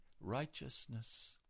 righteousness